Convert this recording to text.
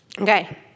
Okay